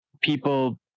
people